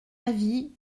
avis